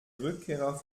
rückkehrer